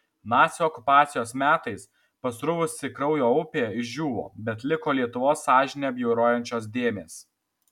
nacių okupacijos metais pasruvusi kraujo upė išdžiūvo bet liko lietuvos sąžinę bjaurojančios dėmės